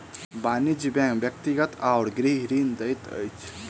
वाणिज्य बैंक व्यक्तिगत आ गृह ऋण दैत अछि